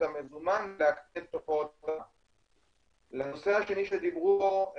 המזומן ולהקטין תופעות --- לנושא השני שדיברו בו,